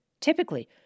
Typically